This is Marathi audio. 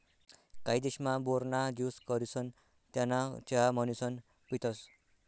काही देशमा, बोर ना ज्यूस करिसन त्याना चहा म्हणीसन पितसं